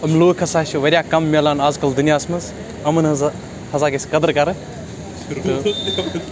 تِم لُکھ ہَسا چھِ واریاہ کَم مِلان اَزکَل دُنیاہَس منٛز یِمَن ہِنٛز ہَسا گژھِ قدٕر کَرٕنۍ